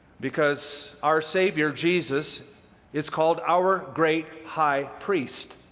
because our savior jesus is called our great high priest.